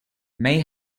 may